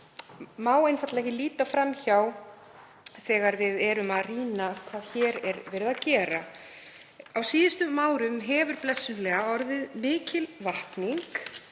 má einfaldlega ekki líta fram hjá þegar við rýnum hvað hér er verið að gera. Á síðustu árum hefur blessunarlega orðið mikil vakning